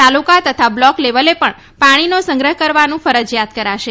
તાલુકા તથા બ્લોક લેવલેપણ પાણીનો સંગ્રહ કરવાનું ફરજીયાત કરાશે